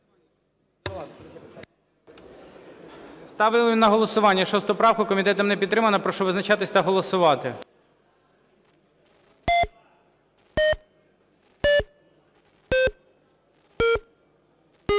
Ставлю на голосування 65 правку, комітетом не підтримана. Прошу визначатись та голосувати. 17:24:49